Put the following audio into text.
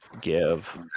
give